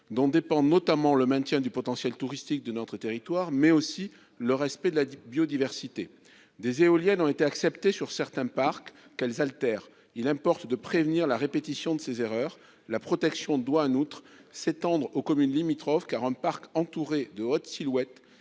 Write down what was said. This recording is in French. dont dépendent non seulement le maintien du potentiel touristique de notre pays, mais également le respect de la biodiversité. Des éoliennes ont été acceptées dans certains parcs que, pourtant, elles altèrent. Il importe de prévenir la répétition de ces erreurs. La protection doit en outre s'étendre aux communes limitrophes, car un parc entouré de hautes silhouettes